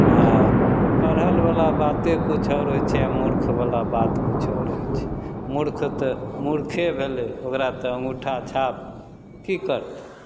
आ ओर पढ़लवला बाते किछु और होइ छै आओर मुर्खवला बात किछु और होइ छै मुर्ख तऽ मूर्खे भेलय ओकरा तऽ अङ्गूठा छाप की करतय